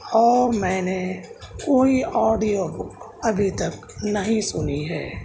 اور میں نے کوئی آڈیو بک ابھی تک نہیں سنی ہے